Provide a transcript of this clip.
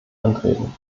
antreten